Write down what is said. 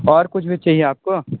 और कुछ भी चाहिए आपको